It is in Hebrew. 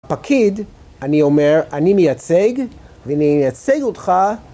פקיד, אני אומר, אני מייצג, ואני מייצג אותך...